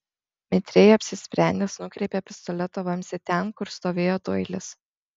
mitriai apsisprendęs nukreipė pistoleto vamzdį ten kur stovėjo doilis